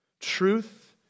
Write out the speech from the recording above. Truth